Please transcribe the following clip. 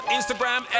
Instagram